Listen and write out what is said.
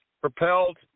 propelled